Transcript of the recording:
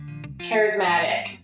charismatic